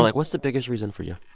like what's the biggest reason for you?